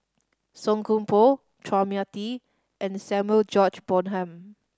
Song Koon Poh Chua Mia Tee and Samuel George Bonham